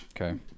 okay